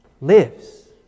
lives